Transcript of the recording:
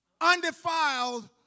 undefiled